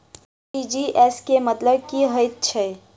RTGS केँ मतलब की हएत छै?